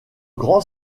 grand